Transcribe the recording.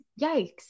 yikes